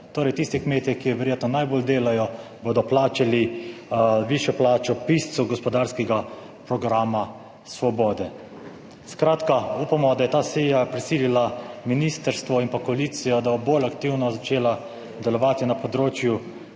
Torej tisti kmetje, ki verjetno najbolj delajo, bodo plačali višjo plačo piscu gospodarskega programa Svobode. Skratka, upamo, da je ta seja prisilila ministrstvo in pa koalicijo, da bo bolj aktivno začela delovati na področju